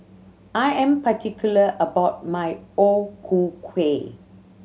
I am particular about my O Ku Kueh